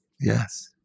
Yes